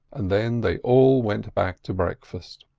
and then they all went back to breakfast.